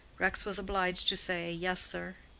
rex was obliged to say, yes, sir.